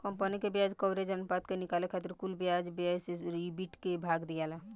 company के ब्याज coverage अनुपात के निकाले खातिर कुल ब्याज व्यय से ईबिट के भाग दियाला